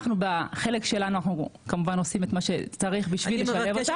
בחלק שלנו אנחנו כמובן עושים את מה שצריך בשביל לשלב אותם.